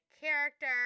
character